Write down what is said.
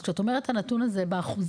אז שאת אומרת את הנתון הזה באחוזים,